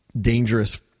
dangerous